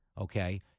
Okay